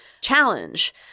challenge